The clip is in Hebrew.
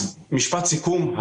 משפט הסיכום.